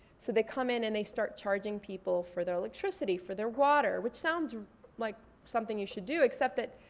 so they come in and they start charging people for their electricity, for their water. which sounds like something you should do except that